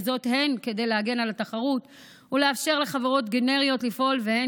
וזאת הן כדי להגן על התחרות ולאפשר לחברות גנריות לפעול והן